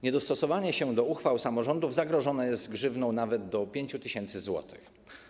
Niedostosowanie się do uchwał samorządów zagrożone jest grzywną nawet do 5 tys. zł.